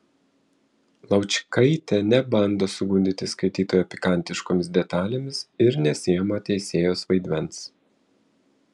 laučkaitė nebando sugundyti skaitytojo pikantiškomis detalėmis ir nesiima teisėjos vaidmens